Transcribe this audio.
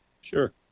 Sure